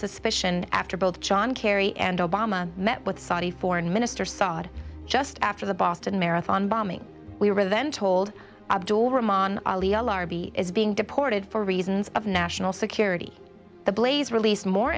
suspicion after both john kerry and obama met with saudi foreign minister saud just after the boston marathon bombing we were then told him on is being deported for reasons of national security the blaze released more